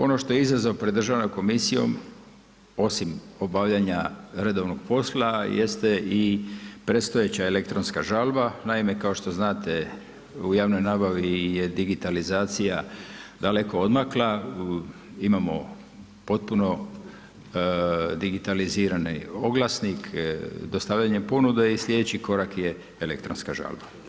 Ono što je izazov pred Državnom komisijom osim obavljanja redovnog posla jeste i predstojeća elektronska žalba, naime kao što znate, u javnoj nabavi je digitalizacija je daleko odmakla, imamo potpuno digitalizirane oglasnik, dostavljanje ponude i sljedeći korak je elektronska žalba.